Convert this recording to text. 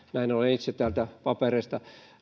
näin olen itse täältä papereista